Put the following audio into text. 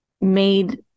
made